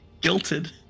guilted